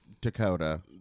Dakota